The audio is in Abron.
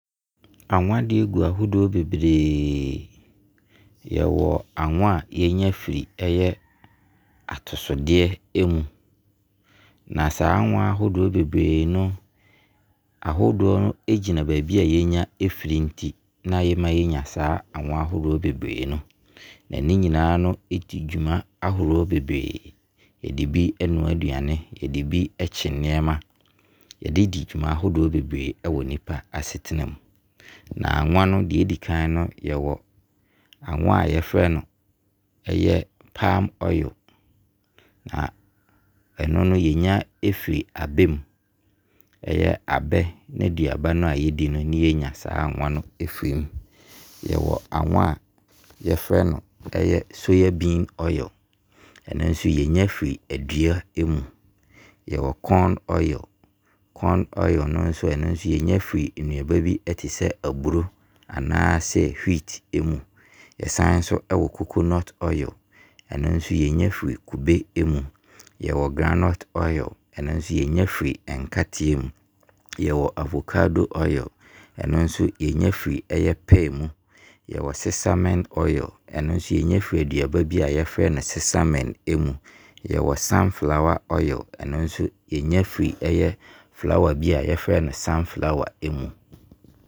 Awan deɛ gu ahoroɔ bebree. Yɛwɔ awan a yɛnya firi ɛyɛ atosodeɛ mu. Na saa awan ahodoɔ bebree no ahodoɔ no ɛgyina baabi a yɛnya ɛfiri nti na ɛma yɛnya saa awan ahodoɔ bebree no. Na ne nyinaa no ɛdi dwuma ahodoɔ bebree. Yɛde bi ɛnoa aduane. Yɛde bi ɛkye nneɛma. Yɛde bi ɛdi dwuma ahodoɔ bebree ɛwɔ nipa asetena mu. Na awan no deɛ ɛdi kan no yɛwɔ awan yɛfrɛ no ɛyɛ palm oil. Na ɛno no yɛnya ɛfiri abɛ mu. Ɛyɛ abɛ n'aduaba no a yɛdi no na yɛnya saa awan no ɛfiri mu. Yɛwɔ awan a yɛfrɛ no ɛyɛ, soya bean oil. Ɛno nso yɛnya ɛfiri adua ɛmu. Yɛwɔ corn oil. Corn oil no nso, ɛno nso yɛnya firi nnuaba ɛte sɛ aburo anaa wheat ɛmu. Yɛsan nso ɛwɔ coconut oil. Ɛno nso yɛnya firi kube ɛmu. Yɛwɔ groundnut oil ɛno nso yɛnya firi ɛkateɛ mu. Yɛwɔ avocado oil. Ɛno nso yɛnya ɛfiri ɛyɛ pear mu. Yɛwɔ sesame oil. Ɛno nso yɛnya firi aduaba bi a yɛfrɛ no sesame ɛmu. Yɛwɔ sunflower oil. Ɛno nso yɛnya firi ɛyɛ flower bi a yɛfrɛ no ɛyɛ sunflower mu.